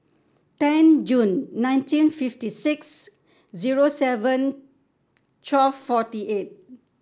ten June nineteen fifty six zero seven twelve forty eight